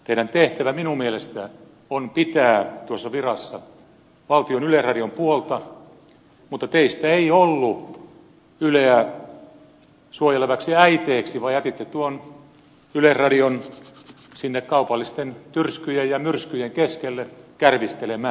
teidän tehtävänne minun mielestäni on pitää tuossa virassa valtion yleisradion puolta mutta teistä ei ollut yleä suojelevaksi äiteeksi vaan jätitte tuon yleisradion sinne kaupallisten tyrskyjen ja myrskyjen keskelle kärvistelemään